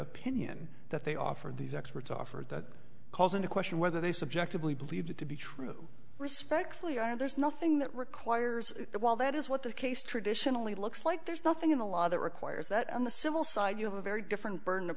opinion that they offer these experts offered that calls into question whether they subjectively believed it to be true respectfully and there's nothing that requires that while that is what the case traditionally looks like there's nothing in the law that requires that on the civil side you have a very different burden of